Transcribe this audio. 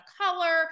color